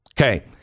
Okay